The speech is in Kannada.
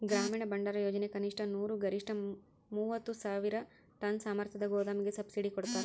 ಗ್ರಾಮೀಣ ಭಂಡಾರಯೋಜನೆ ಕನಿಷ್ಠ ನೂರು ಗರಿಷ್ಠ ಮೂವತ್ತು ಸಾವಿರ ಟನ್ ಸಾಮರ್ಥ್ಯದ ಗೋದಾಮಿಗೆ ಸಬ್ಸಿಡಿ ಕೊಡ್ತಾರ